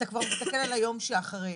אתה כבר מסתכל על היום של אחרי.